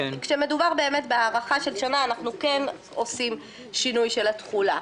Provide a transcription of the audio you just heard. אבל כשמדובר בהארכה של שנה אנחנו כן עושים שינוי של התחולה.